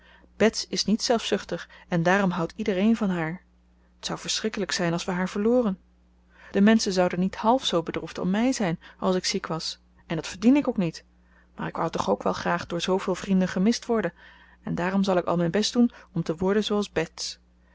bets is niet zelfzuchtig en daarom houdt iedereen van haar t zou verschrikkelijk zijn als we haar verloren de menschen zouden niet half zoo bedroefd om mij zijn als ik ziek was en dat verdien ik ook niet maar ik wou toch ook wel graag door zooveel vrienden gemist worden en daarom zal ik al mijn best doen om te worden zooals bets